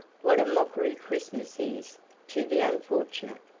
what a mockery christmas is to the unfortunate!